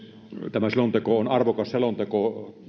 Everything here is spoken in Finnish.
tämä selonteko on arvokas selonteko